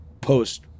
post